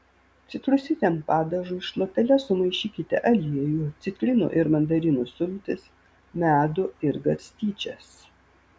citrusiniam padažui šluotele sumaišykite aliejų citrinų ir mandarinų sultis medų ir garstyčias